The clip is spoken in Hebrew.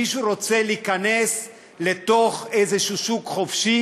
מישהו רוצה להיכנס לתוך איזה שוק חופשי